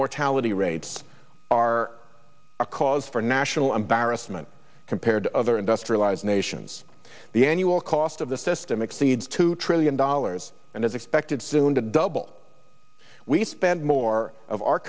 mortality rates are a cause for national embarrassment compared to other industrialized nations the annual cost of the system exceeds two trillion dollars and as expected soon to double we spend more of our